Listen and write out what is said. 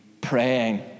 praying